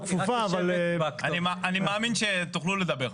אני מאמין שתוכלו לדבר.